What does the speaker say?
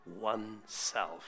oneself